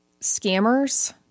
scammers